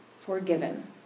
forgiven